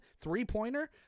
three-pointer